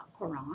Quran